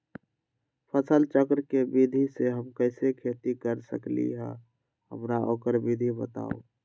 फसल चक्र के विधि से हम कैसे खेती कर सकलि ह हमरा ओकर विधि बताउ?